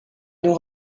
knew